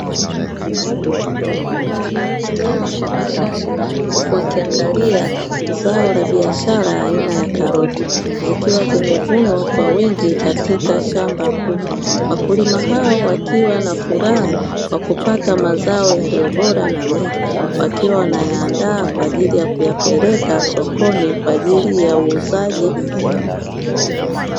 Mkulima aliyekaa kwa bashasha huku akiangalia zao la biashara aina ya karoti, zikiwa zimevunwa kwa wingi katika shamba kubwa. Wakulima hao wakiwa na furaha kwa kupata mazao yaliyo bora na mengi; wakiwa wanayaandaa kwa ajili ya kuyapeleka sokoni kwa ajili ya uuzaji.